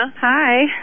Hi